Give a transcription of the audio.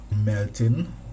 melting